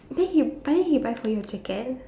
then he but then he buy for you a jacket